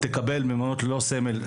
תקבל במעונות ללא סמל,